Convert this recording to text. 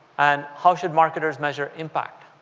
and how should marketers measure impact,